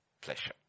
Pleasure